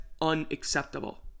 unacceptable